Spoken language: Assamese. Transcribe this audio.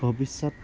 ভৱিষ্যত